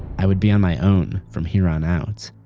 i would be on my own from here on out.